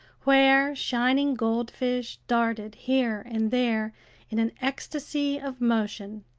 where shining goldfish darted here and there in an ecstasy of motion.